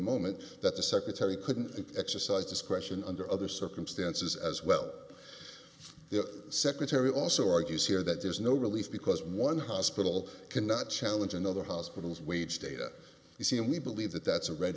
moment that the secretary couldn't exercise discretion under other circumstances as well the secretary also argues here that there's no relief because one hospital cannot challenge another hospital's wage data you see and we believe that that's a red